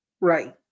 Right